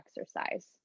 exercise